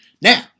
Now